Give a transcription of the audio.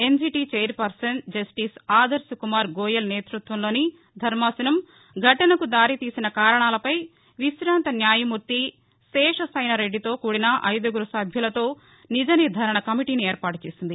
NGT chairperson justice Adarsh Kumar Goel నేతృత్వంలోని ధర్మాసనం ఘటనకు దారి తీసిన కారణాలపై విశాంత న్యాయమూర్తి శేషశయనారెడ్డితో కూడిన ఐదుగురు సభ్యులతో నిజనిర్దారణ కమిటీని ఏర్పాటు చేసింది